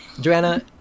Joanna